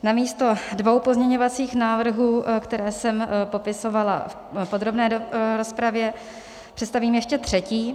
Namísto dvou pozměňovacích návrhů, které jsem popisovala v podrobné rozpravě, představím ještě třetí.